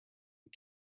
you